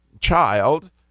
child